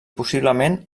possiblement